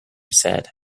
sad